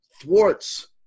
thwarts